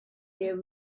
year